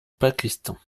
pakistan